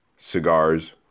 Cigars